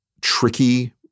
tricky